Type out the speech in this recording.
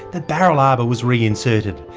the barrel arbor was reinserted,